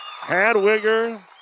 Hadwiger